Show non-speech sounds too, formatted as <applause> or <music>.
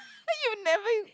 <laughs> you never